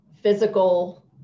physical